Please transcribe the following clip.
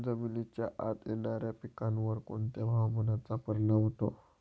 जमिनीच्या आत येणाऱ्या पिकांवर कोणत्या हवामानाचा परिणाम होतो?